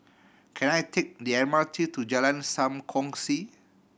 can I take the M R T to Jalan Sam Kongsi